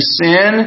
sin